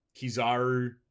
Kizaru